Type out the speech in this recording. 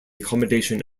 accommodation